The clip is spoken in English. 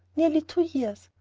nearly two years.